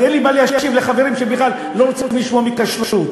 אז אין לי מה להשיב לחברים שבכלל לא רוצים לשמוע מכשרות.